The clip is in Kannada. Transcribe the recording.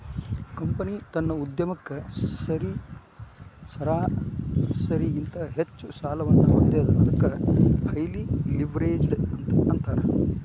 ಕಂಪನಿ ತನ್ನ ಉದ್ಯಮಕ್ಕ ಸರಾಸರಿಗಿಂತ ಹೆಚ್ಚ ಸಾಲವನ್ನ ಹೊಂದೇದ ಅದಕ್ಕ ಹೈಲಿ ಲಿವ್ರೇಜ್ಡ್ ಅಂತ್ ಅಂತಾರ